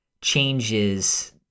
changes